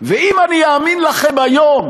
ואם אני אאמין לכם היום,